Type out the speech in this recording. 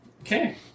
Okay